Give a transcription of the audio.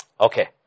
Okay